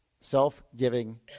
Self-giving